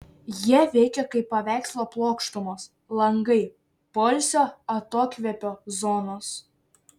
jie veikia kaip paveikslo plokštumos langai poilsio atokvėpio zonos